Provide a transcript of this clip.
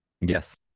Yes